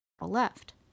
left